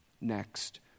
Next